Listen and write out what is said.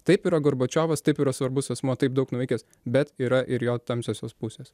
taip yra gorbačiovas taip yra svarbus asmuo taip daug nuveikęs bet yra ir jo tamsiosios pusės